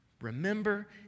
Remember